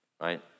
right